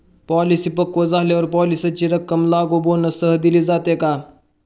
Policy पक्व झाल्यावर पॉलिसीची रक्कम लागू बोनससह दिली जाते का?